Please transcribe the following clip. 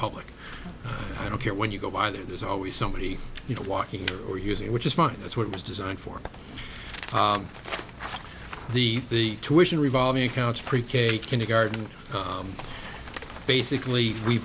public i don't care when you go by there's always somebody you know walking or using which is fine that's what it was designed for the the tuition revolving accounts pre k kindergarten basically we've